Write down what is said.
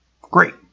great